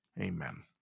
amen